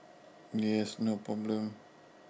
yes no problem